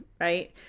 right